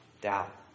doubt